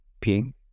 Pink